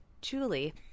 Julie